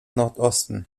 nordosten